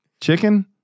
Chicken